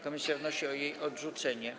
Komisja wnosi o jej odrzucenie.